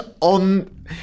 on